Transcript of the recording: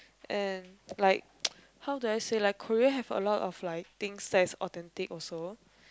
and like how do I say like Korea have a lot of like things that are authentic also